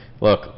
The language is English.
Look